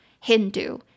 Hindu